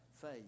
faith